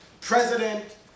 president